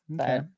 okay